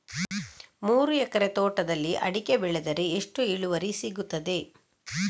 ಮೂರು ಎಕರೆ ತೋಟದಲ್ಲಿ ಅಡಿಕೆ ಬೆಳೆದರೆ ಎಷ್ಟು ಇಳುವರಿ ಸಿಗುತ್ತದೆ?